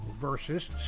versus